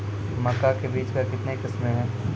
मक्का के बीज का कितने किसमें हैं?